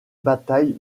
bataille